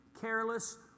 careless